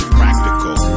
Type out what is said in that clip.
practical